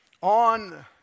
On